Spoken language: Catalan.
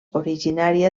originària